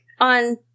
On